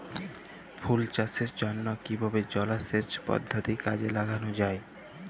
ফুল চাষের জন্য কিভাবে জলাসেচ পদ্ধতি কাজে লাগানো যাই?